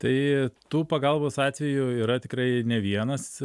tai tų pagalbos atvejų yra tikrai ne vienas